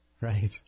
Right